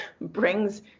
brings